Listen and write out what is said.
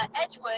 Edgewood